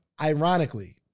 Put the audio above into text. ironically